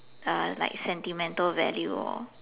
uh like sentimental value lor